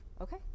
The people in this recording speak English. Okay